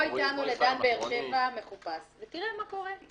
איתנו לדן באר שבע מחופש ותראה מה קורה.